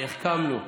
החכמנו.